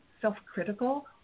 self-critical